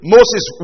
Moses